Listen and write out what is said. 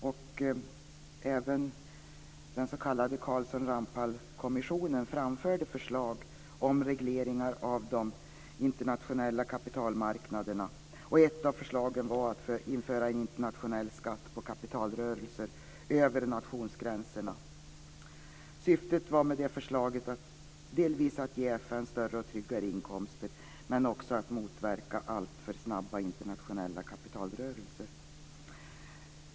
Och även den s.k. Carlsson-Ramphal-kommissionen framförde förslag om regleringar av de internationella kapitalmarknaderna. Och ett av förslagen var att införa en internationell skatt på kapitalrörelser över nationsgränserna. Syftet med det föreslaget var delvis att ge FN större och tryggare inkomster men också att motverka alltför snabba internationella kapitalrörelser.